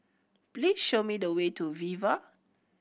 please show me the way to Viva